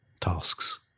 tasks